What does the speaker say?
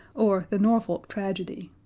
or the norfolk tragedy,